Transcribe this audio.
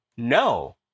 no